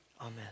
Amen